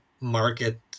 market